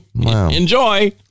enjoy